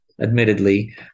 Admittedly